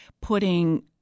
putting –